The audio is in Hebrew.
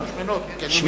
שמנות.